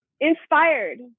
Inspired